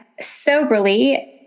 soberly